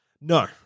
No